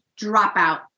dropout